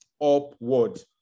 upward